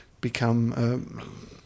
become